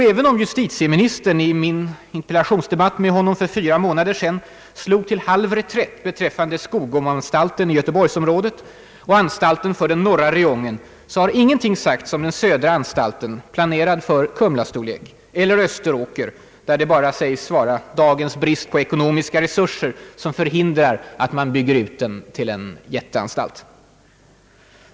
Även om justitieministern i min interpellationsdebatt med honom för fyra månader sedan slog till halv reträtt beträffande Skogomeanstalten i göteborgsområdet och anstalten för norra räjongen, har ingenting sagts om den södra anstalten planerad för Kumla-storlek eller Österåker, där det sägs bara vara dagens brist på ekonomiska resurser som förhindrar att man bygger ut den till en jätteanstalt.